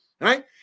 right